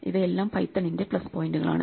ഇവയെല്ലാം പൈത്തണിന്റെ പ്ലസ് പോയിന്റുകളാണ്